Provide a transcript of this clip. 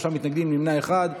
שלושה מתנגדים, נמנע אחד.